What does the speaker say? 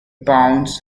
bounds